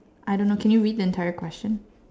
I don't know can you read the entire question